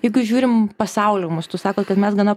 jeigu žiūrim pasaulio mastu sakot kad mes gana